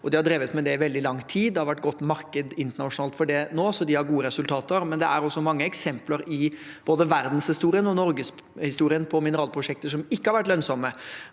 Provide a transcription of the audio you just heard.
De har drevet med det i veldig lang tid. Det har nå vært et godt marked for det internasjonalt, så de har gode resultater. Det er også mange eksempler i både verdenshistorien og norgeshistorien på mineralprosjekter som ikke har vært lønnsomme.